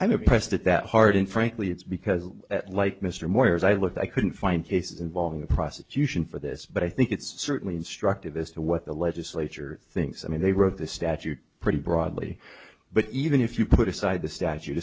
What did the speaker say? pressed it that hard and frankly it's because like mr morris i looked i couldn't find cases involving a prosecution for this but i think it's certainly instructive as to what the legislature thinks i mean they wrote this statute pretty broadly but even if you put aside the statute